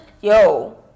yo